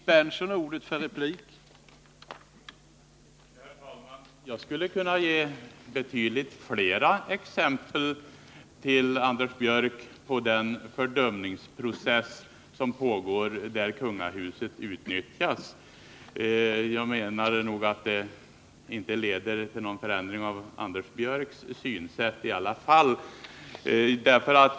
Herr talman! Jag skulle kunna ge Anders Björck betydligt fler exempel på den fördumningsprocess som pågår och där kungahuset utnyttjas, men jag menar att det nog inte leder till någon förändring av Anders Björcks synsätt i alla fall.